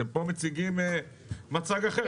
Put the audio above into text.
אתם כאן מציגים מצג אחר.